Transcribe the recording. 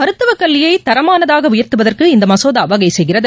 மருத்துவக் கல்வியைதரமானதாகஉயர்த்துவதற்கு இந்தமசோதாவகைசெய்கிறது